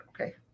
okay